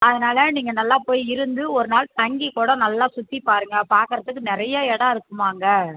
அதனால் நீங்கள் நல்லா போய் இருந்து ஒரு நாள் தங்கி கூட நல்லா சுற்ற்றி பாருங்க பார்க்குறதுக்கு நிறையா இடம் இருக்குமா அங்கே